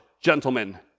gentlemen